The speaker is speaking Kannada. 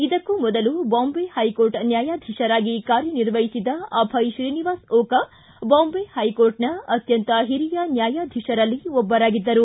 ಇದಕ್ಕೂ ಮೊದಲು ಬಾಂಬೆ ಹೈಕೋರ್ಟ್ ನ್ಯಾಯಾಧೀಶರಾಗಿ ಕಾರ್ಯನಿರ್ವಹಿಸಿದ ಅಭಯ ಶ್ರೀನಿವಾಸ ಓಕಾ ಬಾಂಬೆ ಹೈಕೋರ್ಟ್ನ ಅತ್ಯಂತ ಹಿರಿಯ ನ್ಯಾಯಾಧಿಶರಲ್ಲಿ ಒಬ್ಬರಾಗಿದ್ದರು